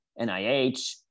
NIH